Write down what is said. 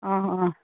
অ অ